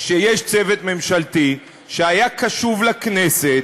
כשיש צוות ממשלתי שהיה קשוב לכנסת,